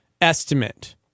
estimate